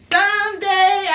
Someday